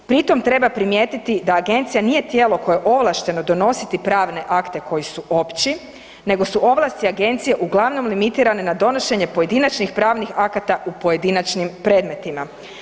Pri tom treba primijetiti da agencija nije tijelo koje je ovlašteno donositi pravne akte koji su opći nego su ovlasti agencije uglavnom limitirane na donošenje pojedinačnih pravnih akata u pojedinačnim predmetima.